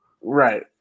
Right